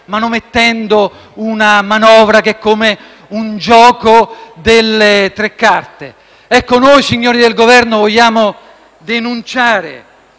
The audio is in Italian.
manomettendo una manovra che è come un gioco delle tre carte. Noi, signori del Governo, vogliamo denunciare